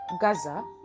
Gaza